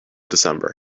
december